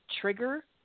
trigger